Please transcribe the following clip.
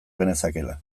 genezakeela